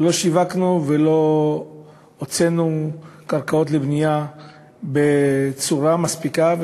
לא שיווקנו ולא הוצאנו קרקעות לבנייה במידה מספיקה,